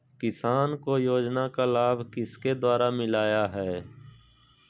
किसान को योजना का लाभ किसके द्वारा मिलाया है?